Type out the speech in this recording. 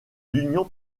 l’union